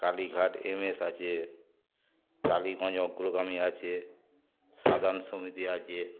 Kalighat M S আছে টালিগঞ্জ অগ্রগামী আছে সদন সমিতি আছে